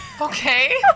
Okay